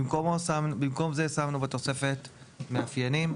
במקום זה שמנו בתוספת מאפיינים,